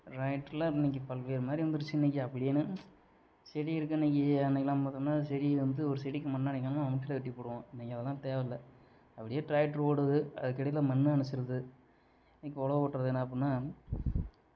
டிராக்டரில் இன்றைக்கி பல்வேறுமாதிரி வந்துடுச்சு இன்றைக்கி அப்படி என்ன செடி இருக்குது இன்றைக்கி அன்றைக்கி எல்லாம் பார்த்தோம்னா செடியை வந்து ஒரு செடிக்கு மண் அடைக்கணுன்னால் மம்முடில வெட்டி போடுவோம் இன்றைக்கி அதெல்லாம் தேவையில்லை அப்படியே டிராக்டர் ஓடுது அதுக்கடியில் மண்ணு அணைச்சுடுது இப்போது உழவு ஓட்டுறது என்ன அப்டின்னா